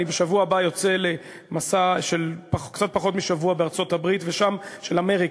אני בשבוע הבא יוצא למסע של קצת פחות משבוע בארצות-הברית של אמריקה,